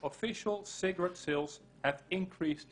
במדינות מסוימות אנחנו שותפים למערכות